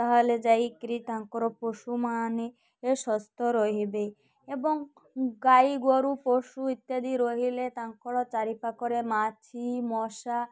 ତାହେଲେ ଯାଇକିରି ତାଙ୍କର ପଶୁମାନେ ସୁସ୍ଥ ରହିବେ ଏବଂ ଗାଈ ଗୋରୁ ପଶୁ ଇତ୍ୟାଦି ରହିଲେ ତାଙ୍କର ଚାରିପାଖରେ ମାଛି ମଶା